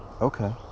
Okay